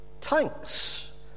Tanks